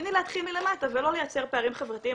הגיוני להתחיל מלמטה ולא לייצר פערים חברתיים